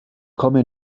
komme